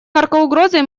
наркоугрозой